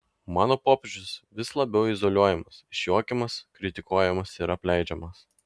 mano popiežius vis labiau izoliuojamas išjuokiamas kritikuojamas ir apleidžiamas